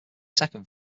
second